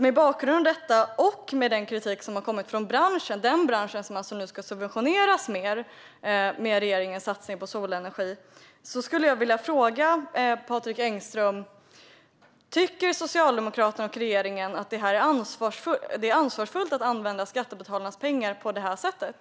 Mot bakgrund av detta och av den kritik som har kommit från branschen - den bransch som nu alltså ska subventioneras mer med regeringens satsning på solenergi - skulle jag vilja ställa en fråga till Patrik Engström. Tycker Socialdemokraterna och regeringen att det är ansvarsfullt att använda skattebetalarnas pengar på det här sättet?